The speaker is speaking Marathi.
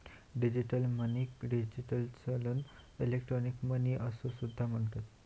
डिजिटल मनीक डिजिटल चलन, इलेक्ट्रॉनिक मनी असो सुद्धा म्हणतत